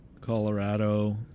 colorado